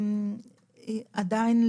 עדיין,